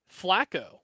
Flacco